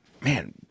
man